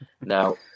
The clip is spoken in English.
Now